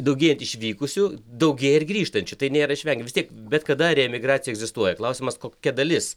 daugėjant išvykusių daugėja ir grįžtančių tai nėra išvengiama vis tiek bet kada reemigracija egzistuoja klausimas kokia dalis